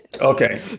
Okay